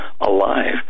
alive